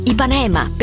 Ipanema